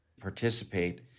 participate